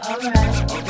Alright